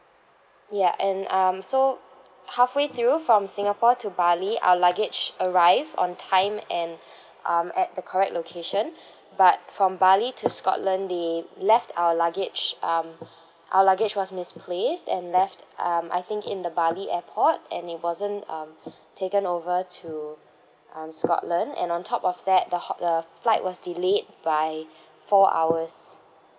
ya and um so halfway through from singapore to bali our luggage arrive on time and um at the correct location but from bali to scotland they left our luggage um our luggage was misplaced and left um I think in the bali airport and it wasn't um taken over to um scotland and on top of that the hot~ the flight was delayed by four hours